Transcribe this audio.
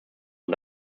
und